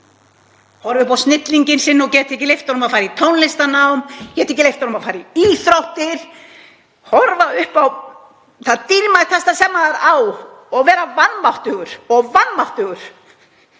horfa upp á snillinginn sinn og geta ekki leyft honum að fara í tónlistarnám, geta ekki leyft honum að fara í íþróttir, horfa upp á það dýrmætasta sem maður á og vera vanmáttugur, geta